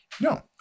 No